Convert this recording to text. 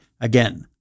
again